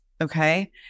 Okay